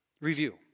review